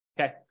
okay